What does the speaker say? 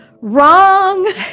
Wrong